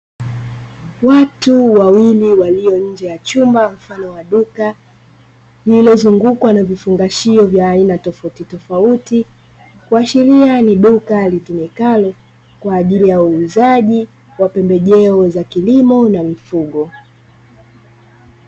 Watu wawili walio nje ya chumba mfano wa duka lililozungukwa na vifungashio vya aina tofautitofauti kwa sheria, ni duka litumikalo kwa ajili ya uuzaji wa pembejeo za kilimo na mifugo.